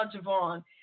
Javon